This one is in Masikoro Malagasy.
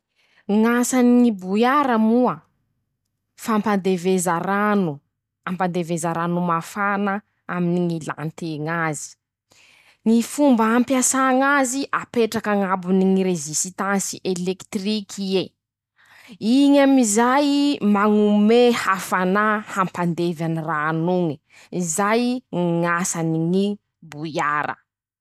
Ñ'asany ñy boiara moa. fampandeveza rano. ampandeveza rano mafana. aminy ñy ilan-teña azy ;ñy fomba ampiasa ñ'azy. apetraky añabony ñy rezistansy elekitiriky ie. iñy amizay mañome hafana hampandevy any ran'oñy. zay ñy asany ñy bouilliara.